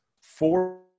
four